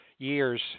Years